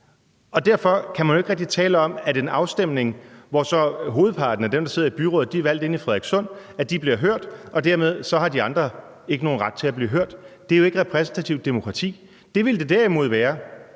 Derfor kan man jo ikke rigtig tale om, at en afstemning, hvor hovedparten af dem, der sidder i byrådet, er valgt i Frederikssund, gør, at dem uden for Frederikssund bliver hørt, og dermed har de ikke nogen ret til at blive hørt. Det er jo ikke repræsentativt demokrati. Det ville det derimod være,